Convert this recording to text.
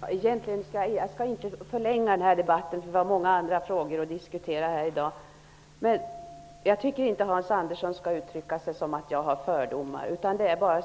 Jag vill inte förlänge debatten ytterligare, eftersom vi har så många andra frågor att diskutera här i dag. Men jag tycker inte att Hans Andersson skall uttrycka sig om att jag har fördomar. Jag vill bara